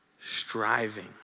striving